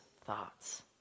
thoughts